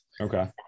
Okay